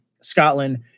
Scotland